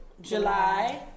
july